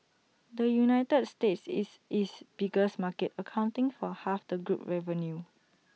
the united states is its biggest market accounting for half the group revenue